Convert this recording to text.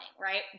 right